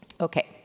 Okay